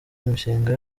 imishinga